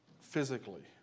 physically